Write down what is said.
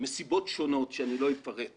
מסיבות שונות שאני לא אפרט עכשיו.